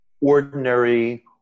ordinary